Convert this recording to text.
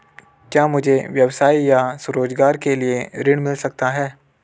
क्या मुझे व्यवसाय या स्वरोज़गार के लिए ऋण मिल सकता है?